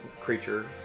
creature